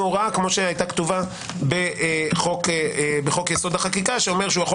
הוראה כפי שהייתה כתובה בחוק יסוד: החקיקה שאומר שיכול